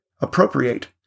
appropriate